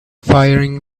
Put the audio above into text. firing